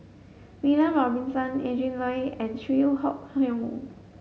William Robinson Adrin Loi and Chew Hock Leong